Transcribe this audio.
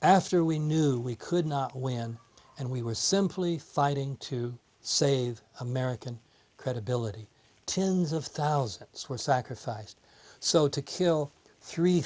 after we knew we could not win and we were simply fighting to save american credibility tens of thousands were sacrificed so to kill three